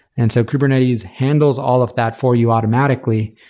and so kubernetes handles all of that for you automatically.